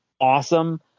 awesome